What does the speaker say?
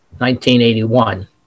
1981